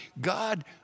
God